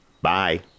bye